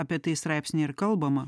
apie tai straipsnyje ir kalba